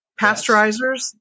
pasteurizers